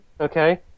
okay